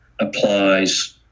applies